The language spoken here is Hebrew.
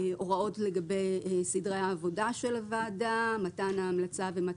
הוראות לגבי סדרי העבודה של הוועדה,